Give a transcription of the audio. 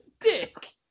dick